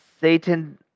Satan